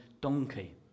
donkey